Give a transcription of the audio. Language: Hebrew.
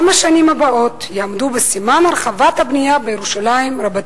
גם השנים הבאות יעמדו בסימן הרחבת הבנייה בירושלים רבתי".